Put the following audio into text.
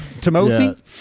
Timothy